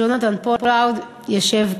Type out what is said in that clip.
ג'ונתן פולארד ישב כאן.